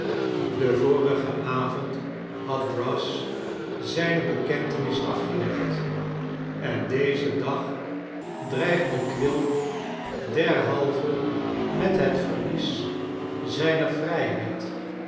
den vorigen avond had brass zijne bekentenis afgelegd en deze dag dreigde quilp derhalve met het verlies zijner vrijheid